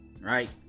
right